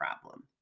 problem